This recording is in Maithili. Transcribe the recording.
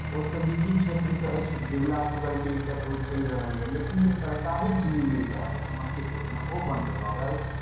ओ तऽ निजी क्षेत्रके अछि बिरला शुगर मिलके तऽ ओ चलि रहल यए लेकिन जे सरकारी चीनी मिल रहए समस्तीपुरमे ओ बन्द भऽ गेल